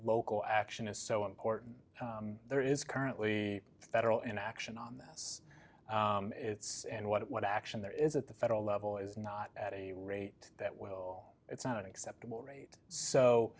local action is so important there is currently federal inaction on this it's and what action there is at the federal level is not at a rate that will it's not an acceptable rate so